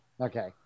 Okay